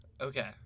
Okay